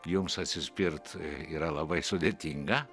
jums atsispirt yra labai sudėtinga